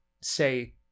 say